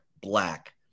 black